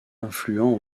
influent